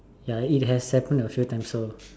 ya it has happened a few times so